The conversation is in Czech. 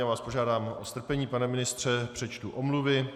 Já vás požádám o strpení, pane ministře, přečtu omluvy.